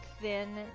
thin